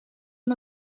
van